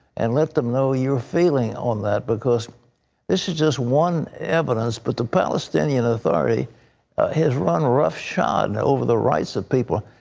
and let them know your feeling on that. because this is just one evidence that but the palestinian authority has run rough shot over the rights of people.